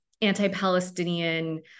anti-Palestinian